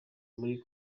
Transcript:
muri